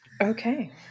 okay